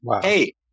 hey